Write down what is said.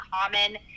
common